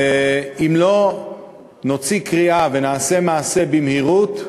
ואם לא נוציא קריאה ונעשה מעשה במהירות,